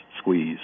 squeeze